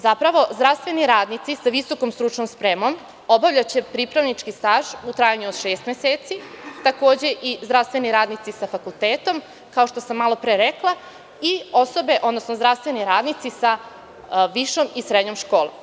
Zapravo, zdravstveni radnici sa visokom stručnom spremom obavljaće pripravnički staž u trajanju od šest meseci, a takođe i zdravstveni radnici sa fakultetom, kao što sam malopre rekla, kao i osobe, odnosno zdravstveni radnici sa višom i srednjom školom.